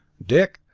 dick,